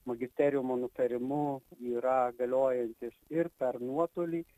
magisteriumo nutarimu yra galiojantis ir per nuotolį